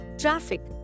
Traffic •